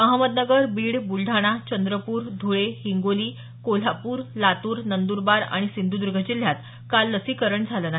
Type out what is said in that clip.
अहमदनगर बीड ब्लढाणा चंद्रपूर धुळे हिंगोली कोल्हापूर लातूर नंद्रबार आणि सिंधुद्र्ग जिल्ह्यात काल लसीकरण झालं नाही